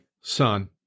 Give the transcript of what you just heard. Son